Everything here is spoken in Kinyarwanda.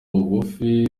bugufi